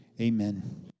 Amen